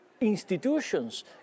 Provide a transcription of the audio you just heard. institutions